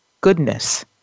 goodness